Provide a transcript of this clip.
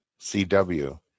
CW